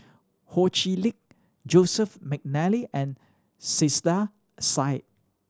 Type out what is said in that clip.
Ho Chee Lick Joseph McNally and Saiedah Said